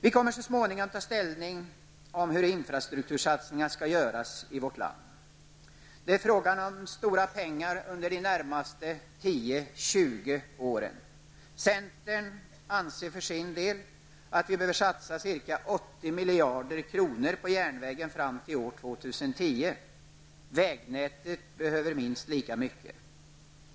Vi kommer så småningom att ta ställning till hur infrastrukturssatsningar skall göras i vårt land. Det är fråga om stora pengar under de närmaste 10--20 åren. Centern anser för sin del att vi behöver satsa ca 80 miljarder på järnvägen fram till år 2010. Vägnätet behöver ha minst lika mycket.